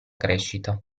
crescita